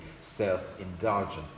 self-indulgent